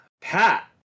Pat